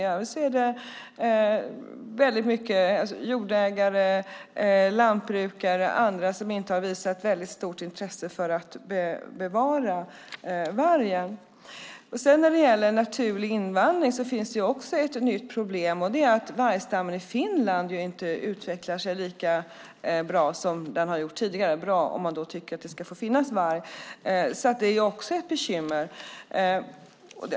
I övrigt är det jordägare, lantbrukare, andra som inte har visat något stort intresse för att bevara vargen. När det gäller naturlig invandring finns ett nytt problem, och det är att vargstammen i Finland inte utvecklar sig lika bra som tidigare - bra om man tycker att det ska få finnas vargar. Det är också ett bekymmer.